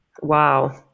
Wow